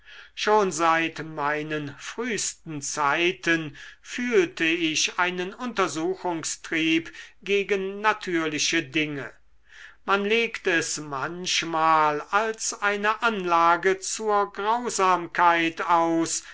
schon seit meinen frühsten zeiten fühlte ich einen untersuchungstrieb gegen natürliche dinge man legt es manchmal als eine anlage zur grausamkeit aus